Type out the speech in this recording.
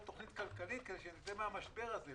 תוכנית כלכלית כדי שנצא מן המשבר הזה.